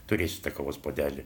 turėsiu tą kavos puodelį